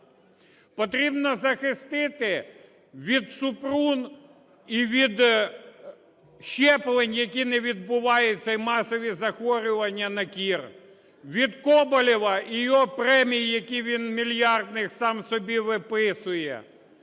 потрібно захистити від Супрун і від щеплень, які не відбуваються, і масові захворювання на кір, від Коболєва і його премій, які він, мільярдних, сам собі виписує,